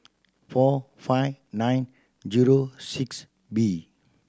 four five nine zero six B